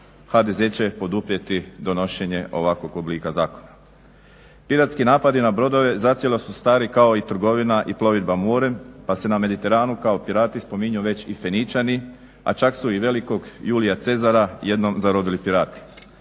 HDZ će poduprijeti donošenje ovakvog oblika zakona. Piratski napadi na brodove zacijelo su stari kao i trgovina i plovidba morem pa se na Mediteranu kao pirati spominju već i Feničani, a čak su i velikog Julija Cezara jednom zarobili pirati.